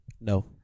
No